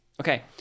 Okay